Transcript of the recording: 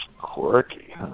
Quirky